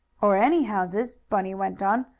or any houses, bunny went on,